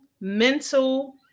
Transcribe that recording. mental